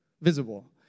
visible